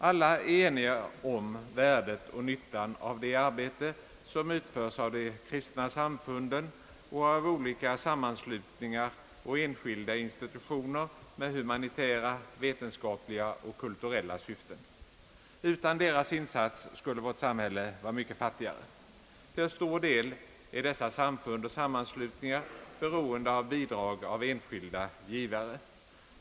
Alla är eniga om värdet och nyttan av det arbete som utförs av de kristna samfunden och av olika sammanslutningar och enskilda institutioner med humanitära, vetenskapliga och kulturella syften. Utan deras insats skulle vårt samhälle vara mycket fattigare. Till stor del är dessa samfund och sammanslutningar beroende av bidrag av enskilda givare.